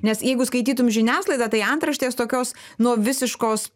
nes jeigu skaitytum žiniasklaidą tai antraštės tokios nuo visiškos